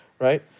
right